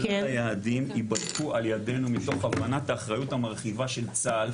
כלל היעדים יבדקו על ידינו מתוך הבנת האחריות המרחיבה של צה"ל,